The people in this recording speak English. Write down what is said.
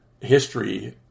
history